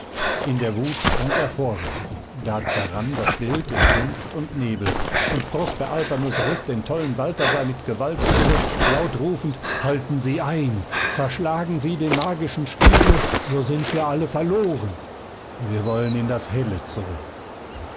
in der wut sprang er vorwärts da zerrann das bild in dunst und nebel und prosper alpanus riß den tollen balthasar mit gewalt zurück laut rufend halten sie ein zerschlagen sie den magischen spiegel so sind wir alle verloren wir wollen in das helle zurück